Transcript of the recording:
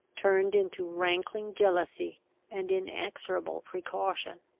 turned into rankling jealousy and inexorable precaution.